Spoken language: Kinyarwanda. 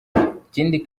ikindi